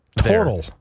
Total